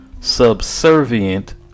subservient